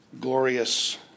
glorious